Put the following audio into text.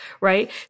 right